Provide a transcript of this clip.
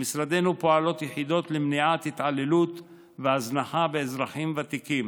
במשרדנו פועלות יחידות למניעת התעללות באזרחים ותיקים